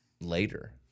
later